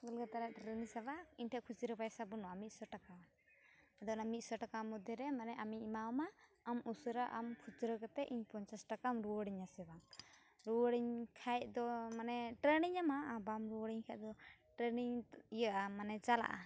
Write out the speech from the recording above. ᱠᱳᱞᱠᱟᱛᱟ ᱨᱮᱱᱟᱜ ᱴᱨᱮᱹᱱᱤᱧ ᱥᱟᱵᱟ ᱤᱧ ᱴᱷᱮᱱ ᱠᱷᱩᱪᱨᱟᱹ ᱯᱟᱭᱥᱟ ᱵᱟᱹᱱᱩᱜᱼᱟ ᱢᱤᱫᱥᱚ ᱴᱟᱠᱟ ᱟᱫᱚ ᱚᱱᱟ ᱢᱤᱫᱥᱚ ᱴᱟᱠᱟ ᱢᱚᱫᱽᱫᱷᱮ ᱨᱮ ᱟᱢᱤᱧ ᱮᱢᱟᱣ ᱟᱢᱟ ᱟᱢ ᱩᱥᱟᱹᱨᱟ ᱟᱢ ᱠᱷᱩᱪᱨᱟᱹ ᱠᱟᱛᱮᱫ ᱤᱧ ᱯᱚᱱᱪᱟᱥ ᱴᱟᱠᱟᱢ ᱨᱩᱭᱟᱹᱲᱟᱹᱧᱟ ᱥᱮ ᱵᱟᱝ ᱨᱩᱭᱟᱹᱲᱟᱹᱧ ᱠᱷᱟᱱ ᱫᱚ ᱢᱟᱱᱮ ᱴᱨᱮᱹᱱᱤᱧ ᱧᱟᱢᱟ ᱟᱨ ᱵᱟᱢ ᱨᱩᱭᱟᱹᱲᱟᱹᱧ ᱠᱷᱟᱱ ᱫᱚ ᱴᱨᱮᱹᱱᱤᱧ ᱤᱭᱟᱹ ᱟ ᱢᱟᱱᱮ ᱪᱟᱞᱟᱜᱼᱟ